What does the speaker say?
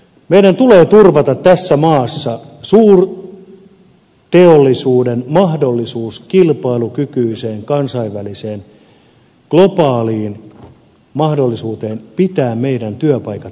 meidän tulee turvata tässä maassa suurteollisuuden mahdollisuus kilpailukykyiseen kansainväliseen globaaliin mahdollisuuteen pitää meidän työpaikat tässä maassa